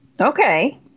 Okay